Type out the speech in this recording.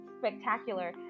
spectacular